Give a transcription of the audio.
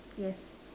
yes